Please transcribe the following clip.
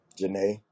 Janae